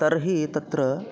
तर्हि तत्र